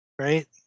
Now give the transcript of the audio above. Right